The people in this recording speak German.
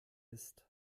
ist